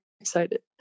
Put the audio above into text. excited